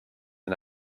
and